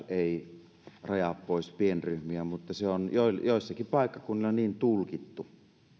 ei rajaa pois pienryhmiä mutta se on joillakin paikkakunnilla niin tulkittu